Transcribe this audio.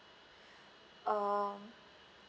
uh